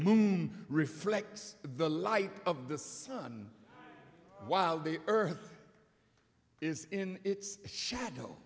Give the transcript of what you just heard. moon reflects the light of the sun while the earth is in its shadow